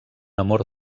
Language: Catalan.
amor